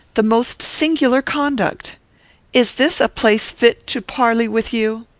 the most singular conduct is this a place fit to parley with you?